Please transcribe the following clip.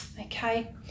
okay